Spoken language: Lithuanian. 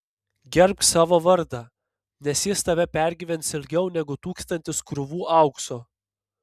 gerbk savo vardą nes jis tave pergyvens ilgiau negu tūkstantis krūvų aukso